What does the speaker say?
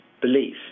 belief